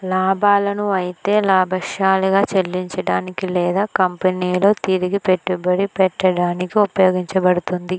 లాభాలను అయితే లాభంశాలుగా చెల్లించడానికి లేదా కంపెనీలో తిరిగి పెట్టుబడి పెట్టడానికి ఉపయోగించబడుతుంది